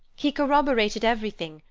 he corroborated everything,